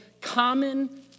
common